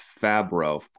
Fabro